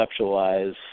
conceptualize